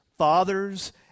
fathers